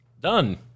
Done